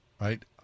right